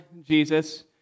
Jesus